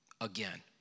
again